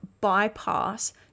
bypass